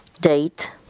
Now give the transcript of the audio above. date